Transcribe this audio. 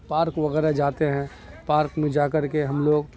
park وغیرہ جاتے ہیں پارک میں جا کر کے ہم لوگ